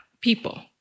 people